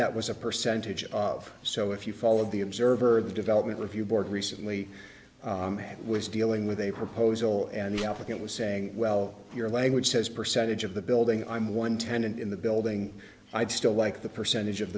that was a percentage of so if you followed the observer the development review board recently was dealing with a proposal and the applicant was saying well your language has percentage of the building i'm one tenant in the building i'd still like the percentage of